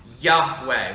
yahweh